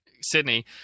Sydney